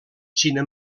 xina